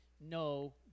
no